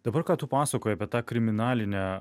dabar ką tu pasakojai apie tą kriminalinę